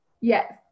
Yes